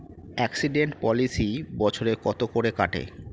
Accident policy বছরে কত করে কাটে?